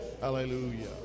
Hallelujah